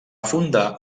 fundar